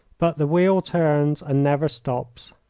but the wheel turns and never stops.